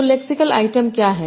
तो lexical item क्या है